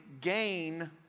gain